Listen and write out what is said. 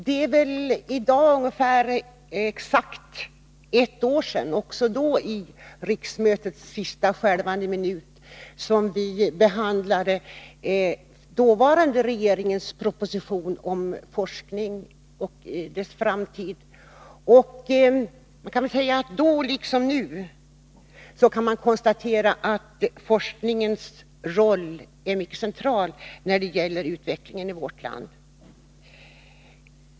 Det är i dag exakt ett år sedan — också då i riksmötets sista skälvande minuter — som vi behandlade dåvarande regeringens proposition om forskningen och dess framtid. Då, liksom nu, kunde vi konstatera att forskningens roll är central för utvecklingen i vårt land.